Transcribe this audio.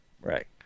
Right